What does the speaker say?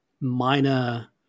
minor